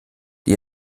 die